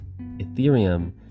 Ethereum